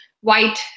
white